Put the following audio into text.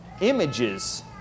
images